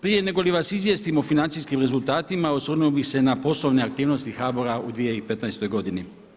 Prije nego li vas izvijestim o financijskim rezultatima osvrnuo bi se na poslovne aktivnosti HBOR-a u 2015. godini.